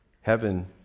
heaven